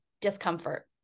discomfort